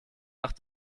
nach